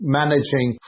managing